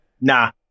Nah